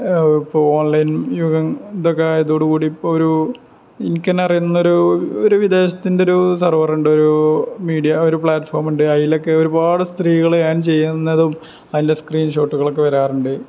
ഇപ്പോള് ഓൺലൈൻ യുഗം ഇതൊക്കെ ആയതോടുകൂടി ഇപ്പോള് ഒരു എനിക്കുതന്നെ അറിയുന്നൊരു ഒരു വിദേശത്തിൻറ്റൊരു സർവറുണ്ട് ഒരു മീഡിയ ഒരു പ്ലാറ്റ്ഫോമുണ്ട് അതിലൊക്കെ ഒരുപാട് സ്ത്രീകള് ഏൺ ചെയ്യുന്നതും അതില് സ്ക്രീൻ ഷോട്ടുകളൊക്കെ വരാറുണ്ട്